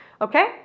okay